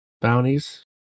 Bounties